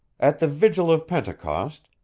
at the vigil of pentecost,